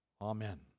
Amen